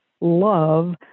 love